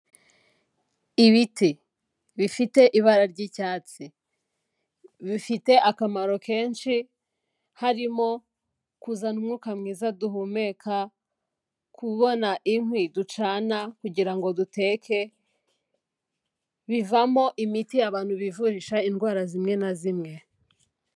Ibiti bifite ibara ry'icyatsi. Bifite akamaro kenshi, harimo kuzana umwuka mwiza duhumeka, kubona inkwi ducana, kugira ngo duteke, bivamo imiti abantu bivurisha, indwara zimwe na zimwe.